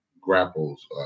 grapples